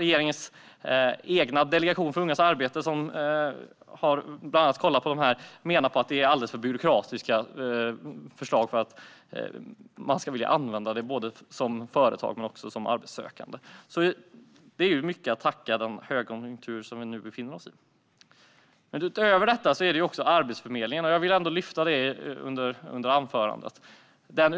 Regeringens egen delegation för ungas arbete som har sett över detta menar att det är alldeles för byråkratiska förslag för att både företag och arbetssökande ska kunna använda sig av dem. Mycket kan man tacka den högkonjunktur som vi befinner oss i för. Utöver detta ser vi utmaningen för Arbetsförmedlingen.